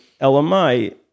LMI